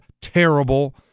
terrible